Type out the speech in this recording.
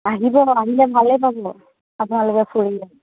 আহিব আহিলে ভালেই পাব আপোনালোকে ফুৰিলে